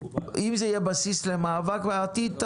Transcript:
אם זה יהיה בסיס למאבק בעתיד,